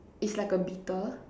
is like a beetle